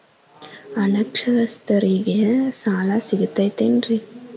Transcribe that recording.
ಅನಕ್ಷರಸ್ಥರಿಗ ಸಾಲ ಸಿಗತೈತೇನ್ರಿ?